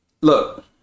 Look